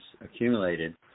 accumulated